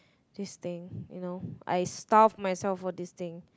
this thing you know I starve myself for this thing